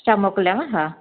छह मोकिलियांव हा